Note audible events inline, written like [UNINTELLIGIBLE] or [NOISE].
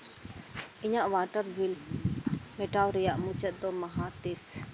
ᱤᱧᱟᱹᱜ water bill ᱢᱮᱴᱟᱣ ᱨᱮᱭᱟᱜ ᱢᱩᱪᱟᱹᱫ [UNINTELLIGIBLE] ᱢᱟᱦᱟ ᱛᱤᱥ